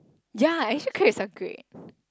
ya actually crepes are great